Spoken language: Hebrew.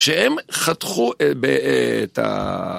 שהם חתכו את ה...